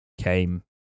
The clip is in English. came